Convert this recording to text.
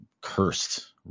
cursed